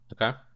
Okay